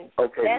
Okay